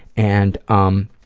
and um,